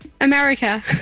America